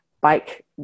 bike